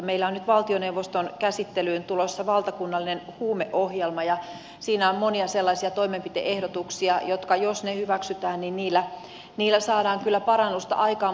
meillä on nyt valtioneuvoston käsittelyyn tulossa valtakunnallinen huumeohjelma ja siinä on monia sellaisia toimenpide ehdotuksia joilla jos ne hyväksytään saadaan kyllä parannusta aikaan